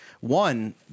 One